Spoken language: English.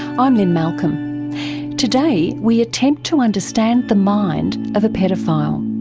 i'm lynne malcolm today we attempt to understand the mind of a paedophile.